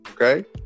Okay